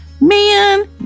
man